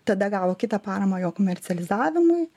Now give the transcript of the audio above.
tada gavo kitą paramą jo komercializavimui